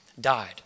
died